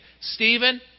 Stephen